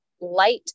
light